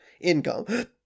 income